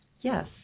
Yes